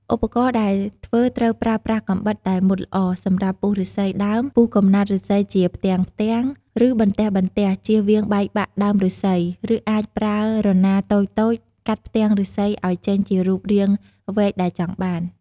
ឧបករណ៍ដែលធ្វើត្រូវប្រើប្រាស់កាំបិតដែលមុតល្អ សម្រាប់ពុះឫស្សីដើម្បីពុះកំណាត់ឫស្សីជាផ្ទាំងៗ ឬបន្ទះៗ ជៀសវាងបែកបាក់ដើមឬស្សី ឬអាចប្រើរណារតូចៗកាត់ផ្ទាំងឫស្សីឱ្យចេញជារូបរាងវែកដែលចង់បាន។